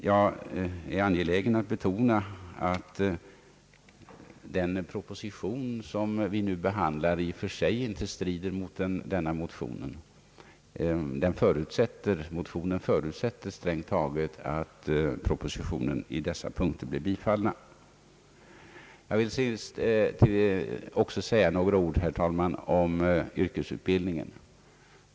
Jag är angelägen att betona att propositionen i och för sig inte strider mot vår motion — strängt taget förutsätter motionen att propositionen i dessa punkter bifalles. Till sist, herr talman, vill jag också säga några ord om yrkesutbildningen.